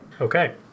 Okay